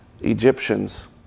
Egyptians